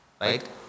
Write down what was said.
right